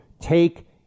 take